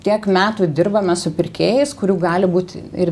tiek metų dirbame su pirkėjais kurių gali būti ir